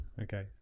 Okay